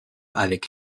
avec